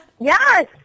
Yes